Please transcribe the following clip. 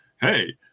hey